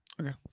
okay